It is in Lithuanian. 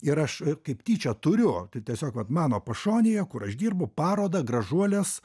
ir aš kaip tyčia turiu tai tiesiog vat mano pašonėje kur aš dirbu parodą gražuolės